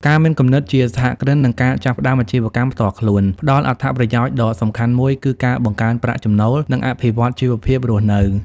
ការមានគំនិតជាសហគ្រិន និងការចាប់ផ្តើមអាជីវកម្មផ្ទាល់ខ្លួនផ្តល់អត្ថប្រយោជន៍ដ៏សំខាន់មួយគឺ ការបង្កើនប្រាក់ចំណូល និងអភិវឌ្ឍន៍ជីវភាពរស់នៅ។